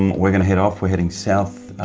um we're going to head off, we're heading south.